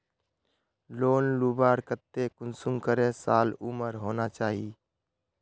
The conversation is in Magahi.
लोन लुबार केते कुंसम करे साल उमर होना चही?